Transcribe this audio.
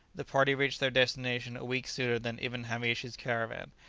the party reached their destination a week sooner than ibn hamish's caravan,